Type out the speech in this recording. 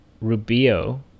Rubio